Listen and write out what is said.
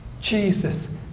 Jesus